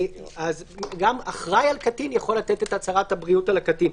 גם אחראי על קטין יכול לתת את הצהרת הבריאות על הקטין.